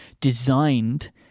designed